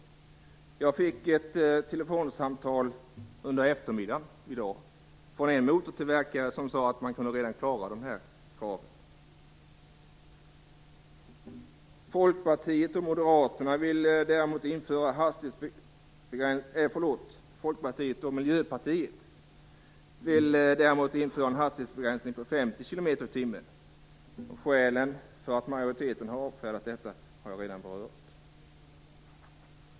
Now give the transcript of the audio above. I dag på eftermiddagen fick jag ett telefonsamtal från en motortillverkare som sade att det redan går att klara de här kraven. Folkpartiet och Miljöpartiet däremot vill införa en hastighetsbegränsning till 50 kilometer i timmen. Skälen till att majoriteten avfärdat detta förslag har jag redan berört.